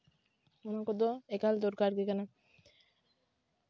ᱱᱚᱣᱟ ᱠᱚᱫᱚ ᱮᱠᱟᱞ ᱫᱚᱨᱠᱟᱨ ᱜᱮ ᱠᱟᱱᱟ